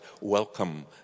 welcome